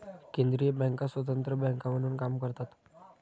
केंद्रीय बँका स्वतंत्र बँका म्हणून काम करतात